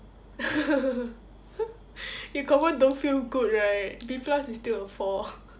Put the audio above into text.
you confirm don't feel good right B plus is still a four